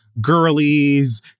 girlies